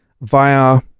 via